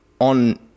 on